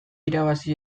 irabazi